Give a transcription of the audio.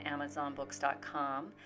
AmazonBooks.com